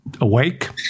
awake